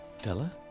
Della